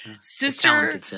sister